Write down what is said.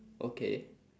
okay